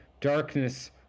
darkness